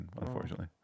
Unfortunately